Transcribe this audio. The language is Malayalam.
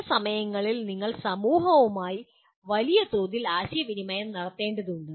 ചില സമയങ്ങളിൽ നിങ്ങൾ സമൂഹവുമായി വലിയ തോതിൽ ആശയവിനിമയം നടത്തേണ്ടതുണ്ട്